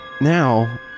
now